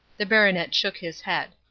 the baronet shook his head.